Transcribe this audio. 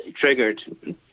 triggered